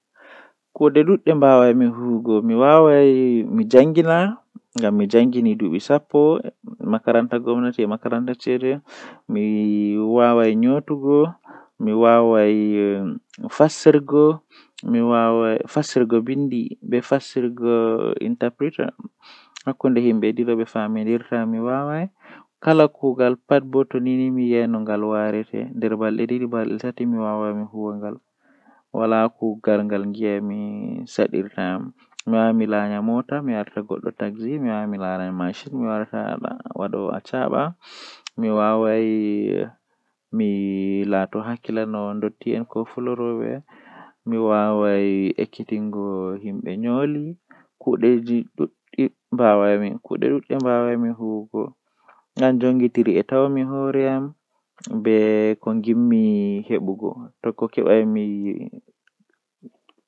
Sawra jeimi meedi hebugo kanjum woni haala jei dadiraawo am meedi sawrugo am, O sawri am haala jogugo amana dow to goddo hokki am amana taami nyama amana goddo mi hakkila be amana bo masin.